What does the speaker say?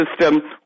system